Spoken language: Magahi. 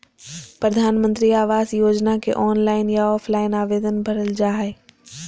प्रधानमंत्री आवास योजना के ऑनलाइन या ऑफलाइन आवेदन भरल जा हइ